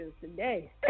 today